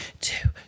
two